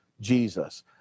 Jesus